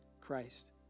Christ